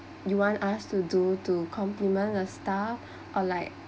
you want us to do to complement a staff or like